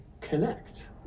connect